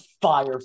fire